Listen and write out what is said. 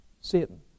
Satan